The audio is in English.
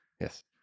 Yes